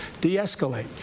de-escalate